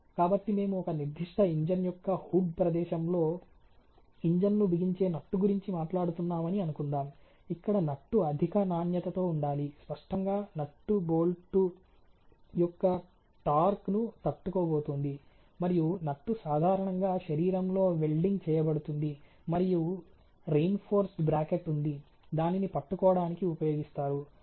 కాబట్టి మేము ఒక నిర్దిష్ట ఇంజిన్ యొక్క హుడ్ ప్రదేశంలో ఇంజిన్ ను బిగించే నట్టు గురించి మాట్లాడుతున్నామని అనుకుందాం ఇక్కడ నట్టు అధిక నాణ్యతతో ఉండాలి స్పష్టంగా నట్టు బోల్ట్ యొక్క టార్క్ ను తట్టుకోబోతోంది మరియు నట్టు సాధారణంగా శరీరంలో వెల్డింగ్ చేయబడుతుంది మరియు రీన్ఫోర్స్డ్ బ్రాకెట్ ఉంది దానిని పట్టుకోవడానికి ఉపయోగిస్తారు